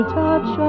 touch